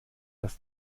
dass